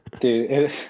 dude